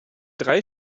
drei